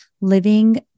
living